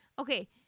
Okay